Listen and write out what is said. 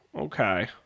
okay